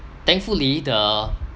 thankfully the